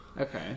Okay